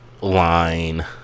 line